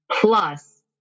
plus